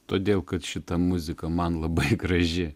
todėl kad šita muzika man labai graži